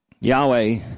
Yahweh